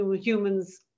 human's